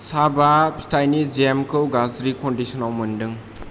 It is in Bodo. चाबा फिथाइनि जेम खौ गाज्रि कन्दिसन आव मोन्दों